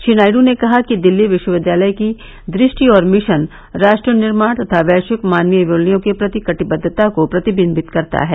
श्री नायडू ने कहा कि दिल्ली विश्वविद्यालय की दृष्टि और मिशन राष्ट्र निर्माण तथा वैश्विक मानवीय मूल्यों के प्रति कटिबद्दता को प्रतिविंबित करता है